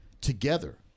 together